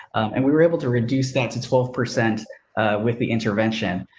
and we were able to reduce that to twelve percent with the intervention.